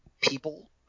people